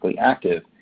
active